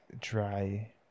dry